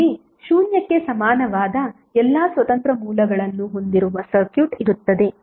ಇಲ್ಲಿ ಶೂನ್ಯಕ್ಕೆ ಸಮಾನವಾದ ಎಲ್ಲಾ ಸ್ವತಂತ್ರ ಮೂಲಗಳನ್ನು ಹೊಂದಿರುವ ಸರ್ಕ್ಯೂಟ್ ಇರುತ್ತದೆ